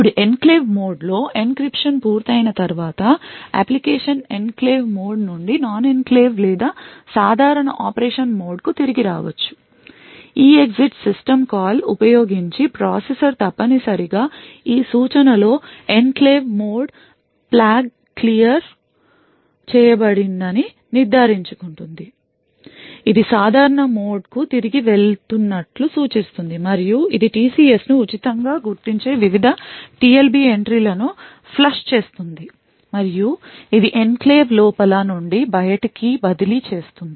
ఇప్పుడు ఎన్క్లేవ్ మోడ్లో ఎన్క్రిప్షన్ పూర్తయిన తర్వాత అప్లికేషన్ ఎన్క్లేవ్ మోడ్ నుండి నాన్ ఎనక్లేవ్ లేదా సాధారణ ఆపరేషన్ మోడ్కు తిరిగి రావచ్చు EEXIT సిస్టమ్ కాల్ ఉపయోగించి ప్రాసెసర్ తప్పనిసరిగా ఈ సూచనలో ఎన్క్లేవ్ మోడ్ ఫ్లాగ్ క్లియర్ చేయబడిందని నిర్ధారించుకోండి ఇది సాధారణ మోడ్కు తిరిగి వెళుతున్నట్లు సూచిస్తుంది మరియు ఇది TCSను ఉచితంగా గుర్తించే వివిధ TLB ఎంట్రీలను ఫ్లష్ చేస్తుంది మరియు ఇది ఎన్క్లేవ్ లోపల నుండి బయటికి బదిలీ చేస్తుంది